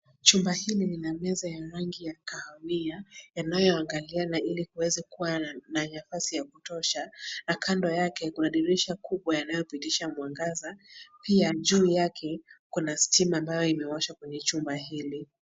Chumba hili lina meza ya rangi ya kahawia yanayoangaliana ili kuweze kuwa na nafasi ya kutosha na kando yake kuna dirisha kubwa yanayopitisha mwangaza. Pia juu yake, kuna stima ambayo imewashwa kwenye chumba hili.